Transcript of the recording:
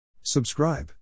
Subscribe